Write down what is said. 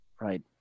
Right